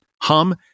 Hum